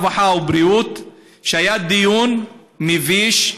הרווחה והבריאות היה דיון מביש,